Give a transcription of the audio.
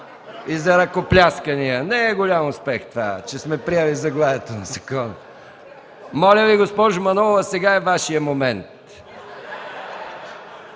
и за ръкопляскания. Не е голям успех това, че сме приели заглавието на закона. Моля Ви, госпожо Манолова, сега е Вашият момент!